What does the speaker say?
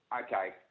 okay